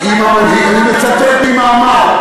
אני מצטט ממאמר.